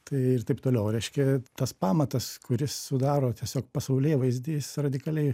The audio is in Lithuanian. tai ir taip toliau reiškia tas pamatas kuris sudaro tiesiog pasaulėvaizdį jis radikaliai